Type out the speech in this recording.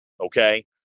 okay